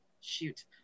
shoot